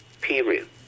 period